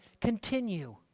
continue